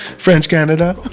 french canada.